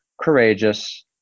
courageous